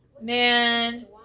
Man